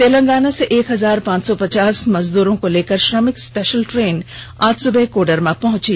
तेलंगाना से एक हजार पांच सौ पचास मजदूरो लेकर श्रमिक स्पेशल ट्रेन आज सुबह कोडरमा पहुंची